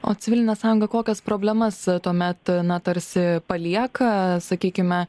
o civilinė sąjunga kokias problemas tuomet na tarsi palieka sakykime